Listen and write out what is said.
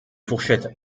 fourchettes